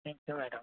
thank you madam